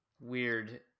weird